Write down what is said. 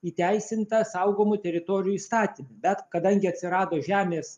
įteisinta saugomų teritorijų įstatyme bet kadangi atsirado žemės